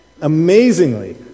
amazingly